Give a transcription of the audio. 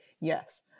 yes